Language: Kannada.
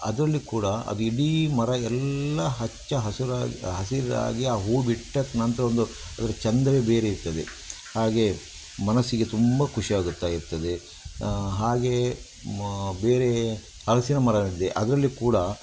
ಅದರಲ್ಲಿ ಕೂಡ ಅದು ಇಡೀ ಮರ ಎಲ್ಲ ಹಚ್ಚ ಹಸುರಾಗಿ ಹಸಿರಾಗಿ ಆ ಹೂ ಬಿಟ್ಟ ನಂತರ ಒಂದು ಅದ್ರ ಚೆಂದವೆ ಬೇರೆ ಇರ್ತದೆ ಹಾಗೆ ಮನಸ್ಸಿಗೆ ತುಂಬ ಖುಷಿಯಾಗುತ್ತಾ ಇರ್ತದೆ ಹಾಗೇ ಮ ಬೇರೆ ಹಲಸಿನ ಮರ ಇದೆ ಅದರಲ್ಲಿ ಕೂಡ